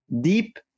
deep